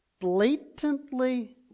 blatantly